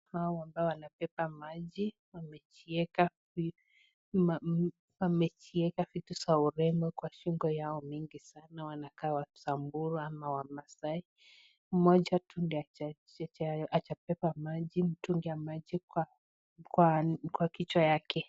Hawa ambao wanapepea maji amejiweka vitu za urembo kwa shingo yao mingi sana, na wanakaa wa samburu ama wamasaai , moja tu ajapepea maji mtungi ambacho Kwa kichwa yake.